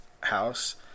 house